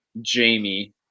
Jamie